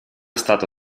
stato